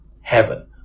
heaven